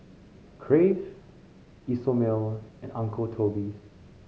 Crave Isomil and Uncle Toby's